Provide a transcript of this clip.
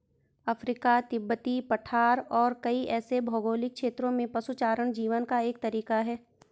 Africa, तिब्बती पठार और कई ऐसे भौगोलिक क्षेत्रों में पशुचारण जीवन का एक तरीका है